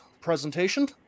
presentation